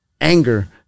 anger